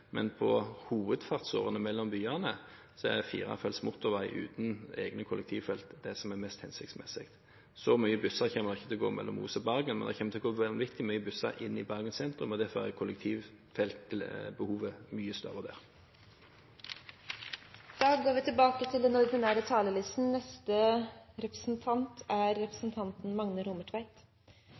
Men på hovedfartsårene mellom byene er firefelts motorvei uten egne kollektivfelt det som er mest hensiktsmessig. Så mange busser kommer ikke til å gå mellom Os og Bergen, men det kommer til å gå vanvittig mange busser i Bergen sentrum, og derfor er behovet for kollektivfelt mye større der. Replikkordskiftet er omme. Det går